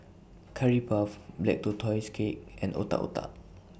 Curry Puff Black Tortoise Cake and Otak Otak